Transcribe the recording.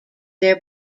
their